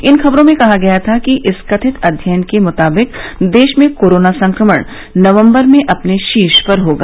इन खबरों में कहा गया था कि इस कथित अध्ययन के मुताबिक देश में कोरोना संक्रमण नवम्बर में अपने शीर्ष पर होगा